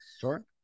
Sure